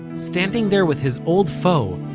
standing there with his old foe,